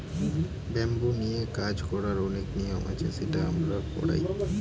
bamboo নিয়ে কাজ করার অনেক নিয়ম আছে সেটা আমরা করায়